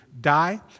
die